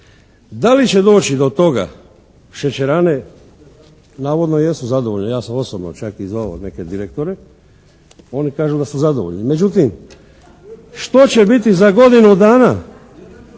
Da li će doći do toga, šećerane navodno jesu zadovoljno, ja sam osobno čak i zvao neke direktore, oni kažu da su zadovoljni. Međutim, što će biti za godinu dana?